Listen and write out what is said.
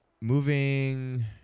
Moving